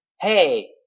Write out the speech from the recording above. hey